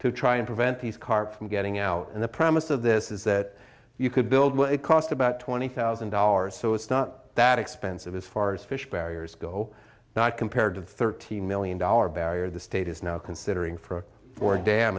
to try and prevent these carp from getting out and the promise of this is that you could build well it cost about twenty thousand dollars so it's not that expensive as far as fish barriers go not compared to the thirteen million dollar barrier the state is now considering for a four dam